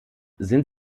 sind